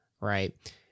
Right